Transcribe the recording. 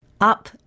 Up